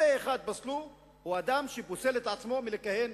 פסל פה-אחד, הוא אדם שפוסל את עצמו מלכהן